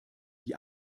die